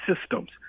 systems